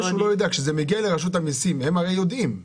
כשזה מגיע לרשות המיסים, הם הרי יודעים.